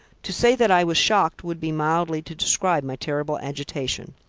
to say that i was shocked would be mildly to describe my terrible agitation.